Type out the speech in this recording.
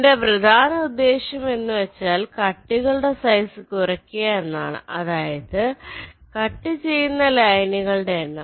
എന്റെ പ്രധാന ഉദ്ദേശം എന്ന് വച്ചാൽ കട്ടുകളുടെ സൈസ് കുറക്കുക എന്നതാണ് അതായത് കട്ട് ചെയുന്ന ലൈനുകളുടെ എണ്ണം